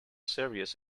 serious